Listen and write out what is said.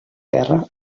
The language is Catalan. terra